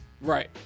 right